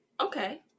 okay